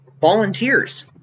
volunteers